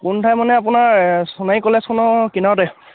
কোন ঠাই মানে আপোনাৰ সোণাৰী কলেজখনৰ কিনাৰতে